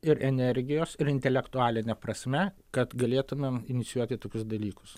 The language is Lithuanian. ir energijos ir intelektualine prasme kad galėtumėm inicijuoti tokius dalykus